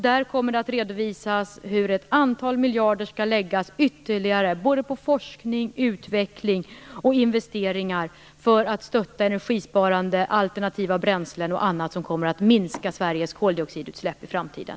Där kommer det att redovisas hur ett antal miljarder ytterligare skall läggas både på forskning, utveckling och investeringar för att stötta energisparande alternativa bränslen och annat som kommer att minska Sveriges koldioxidutsläpp i framtiden.